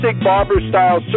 barber-style